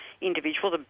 individual